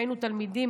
כשהיינו תלמידים,